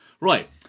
Right